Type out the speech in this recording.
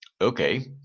Okay